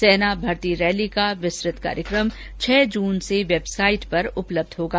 सेना भर्ती रैली का विस्तृत कार्यक्रम छह जून से वेबसाईट पर उपलब्ध होगा